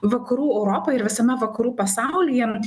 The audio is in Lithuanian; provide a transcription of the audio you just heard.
vakarų europoj ir visame vakarų pasaulyje